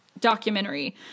documentary